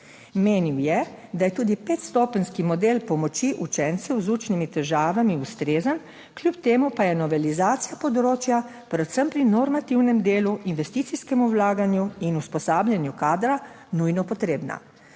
Menil je, da je tudi 5 stopenjski model pomoči učencem z učnimi težavami ustrezen, kljub temu pa je novelizacija področja predvsem pri normativnem delu, investicijskem vlaganju in usposabljanju kadra nujno potrebna.